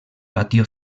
patio